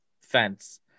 fence